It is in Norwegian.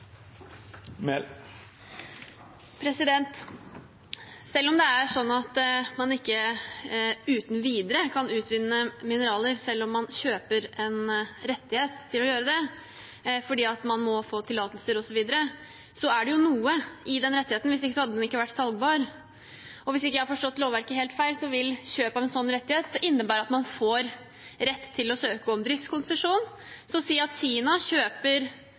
Selv om det er sånn at man ikke uten videre kan utvinne mineraler selv om man kjøper en rettighet til å gjøre det, fordi man må få tillatelser osv., er det jo noe i den rettigheten, for hvis ikke hadde den ikke vært salgbar. Og hvis jeg ikke har forstått lovverket helt feil, vil kjøp av en sånn rettighet innebære at man får rett til å søke om driftskonsesjon. Si at Kina kjøper